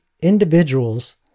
individuals